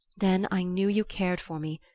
then i knew you cared for me!